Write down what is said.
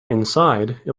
inside